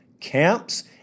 Camps